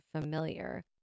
familiar